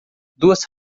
duas